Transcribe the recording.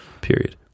period